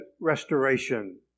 restoration